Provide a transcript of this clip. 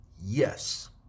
Yes